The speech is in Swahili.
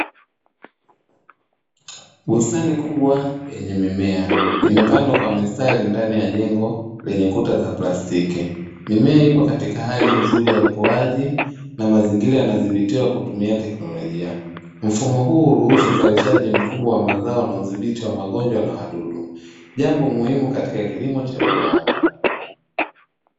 Bustani kubwa yenye mimea imepandwa kwa mistari ndani ya jengo lenye kuta za plastiki, mimea ipo katika hali nzuri ya ukuaji na mazingira yanadhibitiwa kutumia teknolojia, mfumo huu ruhusu uzalishaji mkubwa wa mazao na udhibiti wa magonjwa na wadudu jambo muhimu katika kilimo cha viwanda.